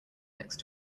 next